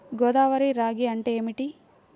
గోదావరి రాగి అంటే ఏమిటి?